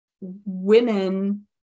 women